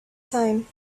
time